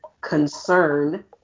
concern